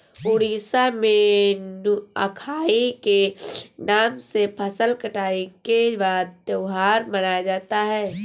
उड़ीसा में नुआखाई के नाम से फसल कटाई के बाद त्योहार मनाया जाता है